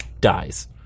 dies